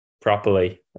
properly